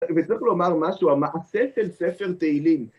צריך לומר משהו, המעשה של ספר תהילים,